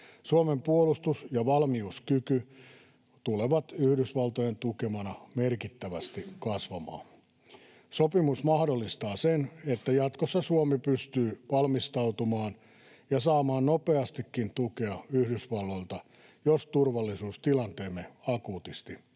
Suomen puolustus‑ ja valmiuskyky tulevat Yhdysvaltojen tukemana merkittävästi kasvamaan. Sopimus mahdollistaa sen, että jatkossa Suomi pystyy valmistautumaan ja saamaan nopeastikin tukea Yhdysvalloilta, jos turvallisuustilanteemme akuutisti